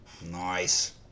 Nice